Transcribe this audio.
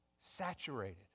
saturated